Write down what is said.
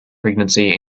pregnancy